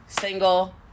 single